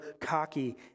cocky